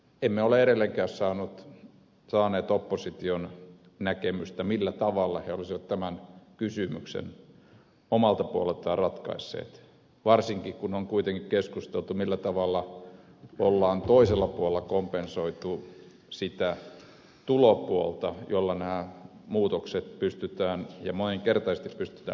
emme ole edelleenkään saaneet opposition näkemystä millä tavalla he olisivat tämän kysymyksen omalta puoleltaan ratkaisseet varsinkin kun on kuitenkin keskusteltu millä tavalla on toisella puolella kompensoitu sitä tulopuolta jolla nämä muutokset pystytään ja monenkertaisesti pystytään maksamaan